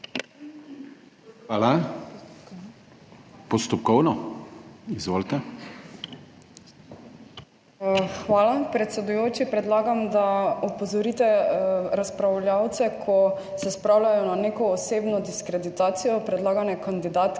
ŽIBRAT (PS Svoboda). Hvala predsedujoči. Predlagam, da opozorite razpravljavce, ko se spravljajo na neko osebno diskreditacijo predlagane kandidatke,